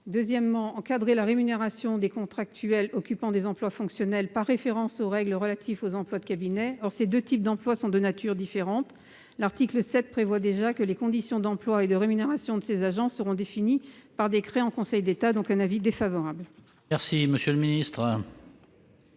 également à encadrer la rémunération des contractuels occupant des emplois fonctionnels, par référence aux règles relatives aux emplois de cabinet. Or ces deux types d'emplois sont de nature différente. L'article 7 prévoit déjà que les conditions d'emploi et de rémunération de ces agents seront définies par décret en Conseil d'État. Pour ces raisons, la commission